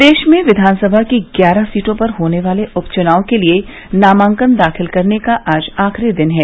प्रदेश में विधान सभा की ग्यारह सीटो पर होने वाले उप चुनाव के लिए नामांकन दाखिल करने का आज आखिरी दिन है